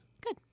good